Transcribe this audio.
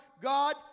God